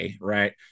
right